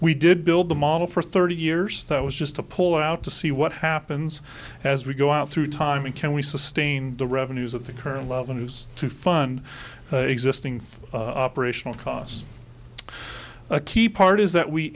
we did build the model for thirty years that was just a pull out to see what happens as we go out through time and can we sustain the revenues at the current level news to fund existing operational costs a key part is that we